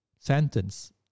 sentence